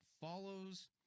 follows